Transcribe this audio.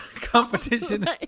competition